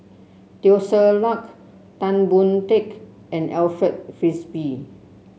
Teo Ser Luck Tan Boon Teik and Alfred Frisby